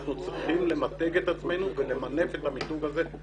אנחנו צריכים למתג את עצמנו ולמנף את המיתוג הזה.